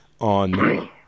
on